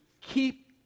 keep